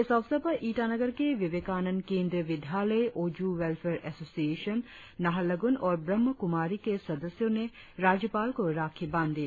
इस अवसर पर ईटानगर के विवेकानंद केंद्रीय विद्यालय ओजू वेलफेयर एसोसियेशन नाहरलगुन और ब्रम्हा कुमारी के सदस्यों ने राज्यपाल को राखी बांधी